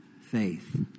Faith